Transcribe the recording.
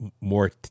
more